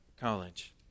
college